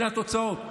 אלה התוצאות.